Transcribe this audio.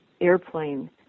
airplane